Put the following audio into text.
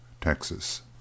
Texas